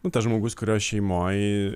nu tas žmogus kurio šeimoj